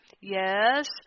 yes